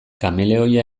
kameleoia